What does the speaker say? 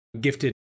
gifted